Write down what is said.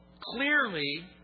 Clearly